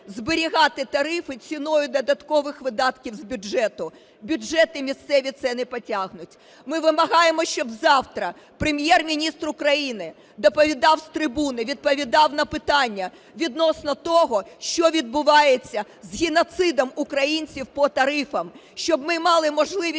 зберігати тарифи ціною додаткових видатків з бюджету, бюджети місцеві це не потягнуть. Ми вимагаємо, щоб завтра Прем'єр-міністр України доповідав з трибуни, відповідав на питання відносно того, що відбувається з геноцидом українців по тарифам. Щоб ми мали можливість послухати